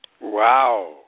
Wow